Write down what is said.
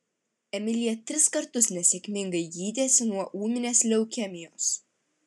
emilija tris kartus nesėkmingai gydėsi nuo ūminės leukemijos